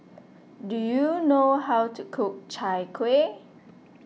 do you know how to cook Chai Kueh